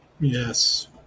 Yes